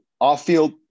Off-field –